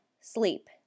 sleep